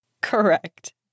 Correct